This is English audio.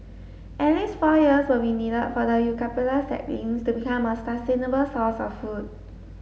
at least four years will be needed for the eucalyptus saplings to become a sustainable source of food